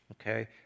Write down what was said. okay